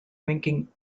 ranking